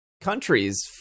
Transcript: countries